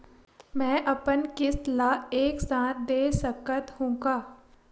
मै अपन किस्त ल एक साथ दे सकत हु का?